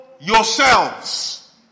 yourselves